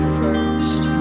first